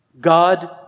God